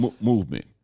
movement